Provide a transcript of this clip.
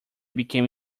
became